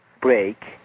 break